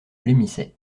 blêmissaient